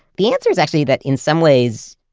the answer is actually that in some ways,